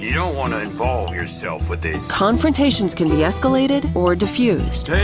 don't want to involve yourself with this. confrontations can be escalated, or defused